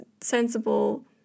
Sensible